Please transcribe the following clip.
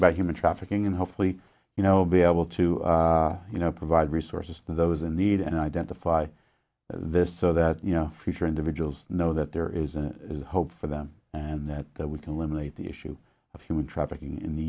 about human trafficking and hopefully you know be able to you know provide resources for those in need and identify this so that you know future individuals know that there is a hope for them and that we can eliminate the issue of human trafficking in the